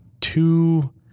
two